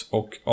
och